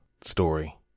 story